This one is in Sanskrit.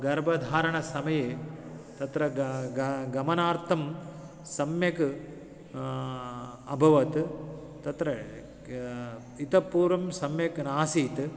गर्भाधारणसमये तत्र ग ग गमनार्थं सम्यग् अभवत् तत्र क् इतः पूर्वं सम्यक् नासीत्